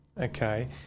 okay